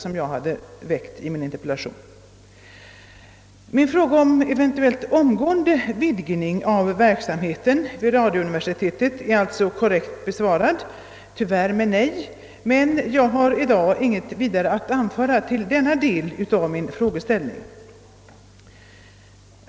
Min fråga om eventuell omgående vidgning av verksamheten vid radiouniversitetet är alltså korrekt besvarad — tyvärr med nej — men jag har i dag inget vidare att anföra till denna del av frågeställningen.